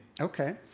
Okay